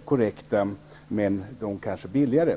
korrekta men kanske billigare.